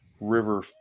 river